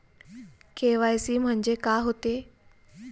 KYC म्हंनजे का होते?